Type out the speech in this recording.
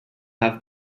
have